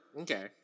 Okay